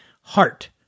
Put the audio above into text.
Heart